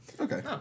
Okay